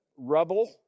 rubble